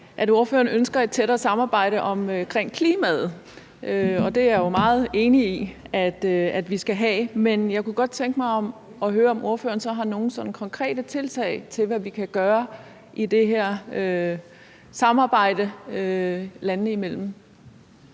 at ordføreren ønsker et tættere samarbejde omkring klimaet, og det er jeg jo meget enig i vi skal have. Men jeg kunne godt tænke mig at høre, om ordføreren sådan har nogle konkrete tiltag til, hvad vi kan gøre i det her samarbejde landene imellem.